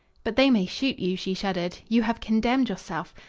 but they may shoot you, she shuddered. you have condemned yourself.